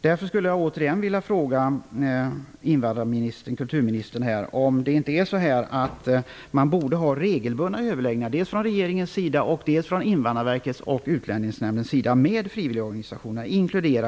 Därför skulle jag återigen vilja fråga invandrarministern om man inte borde ha regelbundna överläggningar med frivilligorganisationerna, inklusive kyrkorna, dels från regeringens sida, dels från Invandrarverkets och Utlänningsnämndens sida?